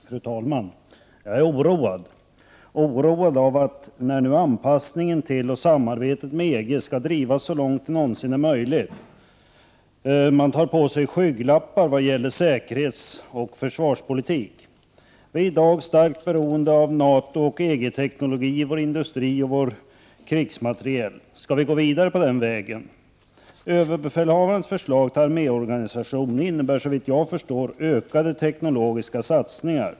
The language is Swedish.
Fru talman! Jag är oroad över att vi i Sverige, nu när anpassningen till och samarbetet med EG skall drivas så långt det någonsin är möjligt, tar på oss skygglappar när det gäller säkerhetsoch försvarspolitik. Vi är i dag starkt beroende av NATO och EG-teknologi i vår industri och i vår krigsmateriel. Skall vi gå vidare på den vägen? Överbefälhavarens förslag till arméorganisation innebär, såvitt jag förstår, ökade teknologiska satsningar.